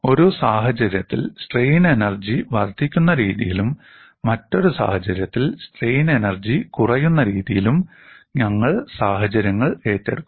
ഒരു സാഹചര്യത്തിൽ strain energy വർദ്ധിക്കുന്ന രീതിയിലും മറ്റൊരു സാഹചര്യത്തിൽ സ്ട്രെയിൻ എനർജി കുറയുന്ന രീതിയിലും ഞങ്ങൾ സാഹചര്യങ്ങൾ ഏറ്റെടുക്കും